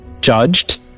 judged